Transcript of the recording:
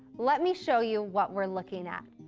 let me show you what we're looking at.